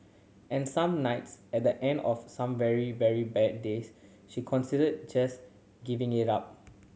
and some nights at the end of some very very bad days she consider just giving it up